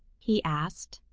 he asked.